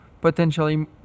potentially